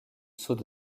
sceaux